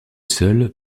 seul